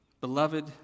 Beloved